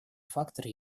факторы